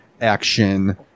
action